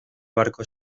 barco